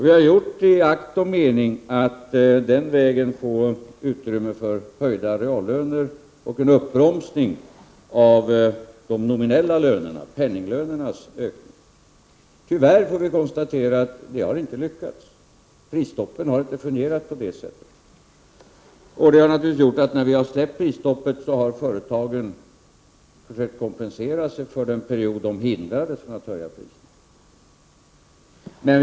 Vi har gjort det i akt och mening att den vägen få utrymme för höjda reallöner och en uppbromsning av de nominella lönernas, penninglönernas, ökning. Tyvärr måste vi konstatera att det inte har lyckats. Prisstoppen har inte fungerat på det sättet. Detta har naturligtvis gjort att när vi har släppt prisstoppen så har företagen försökt kompensera sig för den period då de hindrades från att höja priserna.